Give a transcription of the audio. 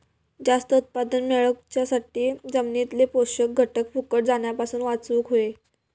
जास्त उत्पादन मेळवच्यासाठी जमिनीतले पोषक घटक फुकट जाण्यापासून वाचवक होये